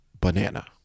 banana